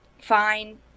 fine